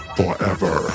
forever